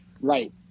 Right